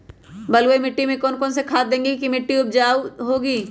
बलुई मिट्टी में कौन कौन से खाद देगें की मिट्टी ज्यादा उपजाऊ होगी?